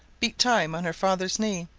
beat time on her father's knee,